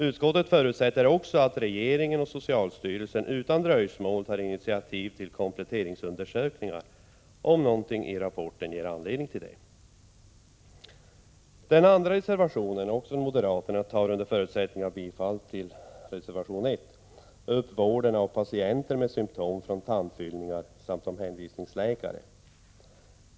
Utskottet förutsätter att regeringen och socialstyrelsen utan dröjsmål tar initiativ till kompletteringsundersökningar, om något i rapporten ger anledning till det. Också reservation 2 har avgivits av moderaterna. I reservationen, som förutsätter bifall till reservation 1, tar man upp frågan om vård av patienter med symptom från tandfyllningar samt frågan om hänvisningsläkare.